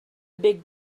big